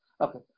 Okay